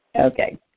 okay